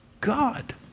God